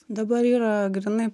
dabar yra grynai